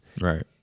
Right